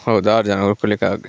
ಹೌದಾ ಆರು ಜನ ಕೂತ್ಕೊಳ್ಳಿಕ್ಕಾಗಿ